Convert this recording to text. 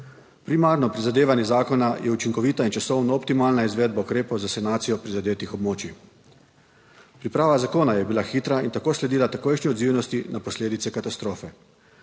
Primarno prizadevanje zakona je učinkovita in časovno optimalna izvedba ukrepov za sanacijo prizadetih območij. Priprava zakona je bila hitra in tako sledila takojšnji odzivnosti na posledice katastrofe.